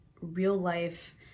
real-life